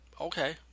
okay